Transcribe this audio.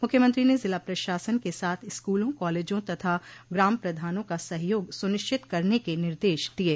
मुख्यमंत्री ने जिला प्रशासन के साथ स्कूलों कॉलेजों तथा ग्राम प्रधानों का सहयोग सुनिश्चित करने के निर्देश दिये